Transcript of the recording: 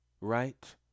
right